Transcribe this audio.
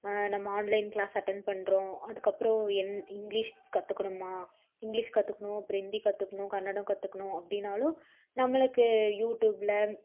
நம்ம online class attend பண்ணுறோம் அதுக்கப்புறம் என் இங்கிலிஷ் கற்றுக்கணுமா இங்கிலிஷ் கற்றுக்கணும் அப்புறோம் ஹிந்தி கற்றுக்கணும் கன்னடம் கற்றுக்கணும் அப்படின்னாலும் நம்மளுக்கு யூடூப்பில்